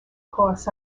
costs